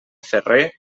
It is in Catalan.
ferrer